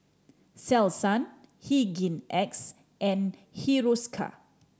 Selsun Hygin X and Hiruscar